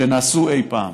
שנעשו אי פעם.